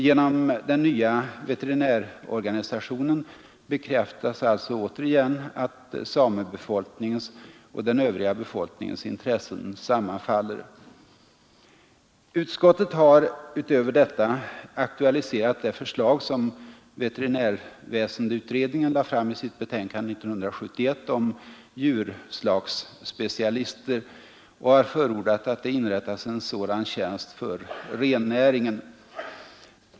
Genom den nya veterinärorganisationen bekräftas alltså återigen att samebefolkningens och den övriga befolkningens intressen sammanfaller. Utskottet har utöver detta aktualiserat det förslag som veterinärväsendeutredningen lade fram i sitt betänkande 1971 om djurslagsspecialister och har förordat att det inrättas en sådan tjänst för rennäringen.